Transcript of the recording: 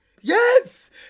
yes